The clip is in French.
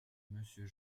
monsieur